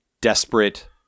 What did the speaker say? desperate